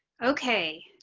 okay,